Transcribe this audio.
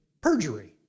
Perjury